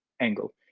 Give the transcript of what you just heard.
angle